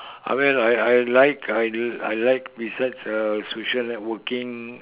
I mean I I like I I like besides uh social networking